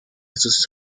sus